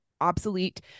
obsolete